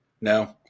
No